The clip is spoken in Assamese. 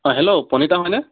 অ' হেল্ল' প্ৰণীতা হয়নে